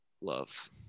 love